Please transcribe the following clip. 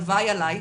הלוואי עליי,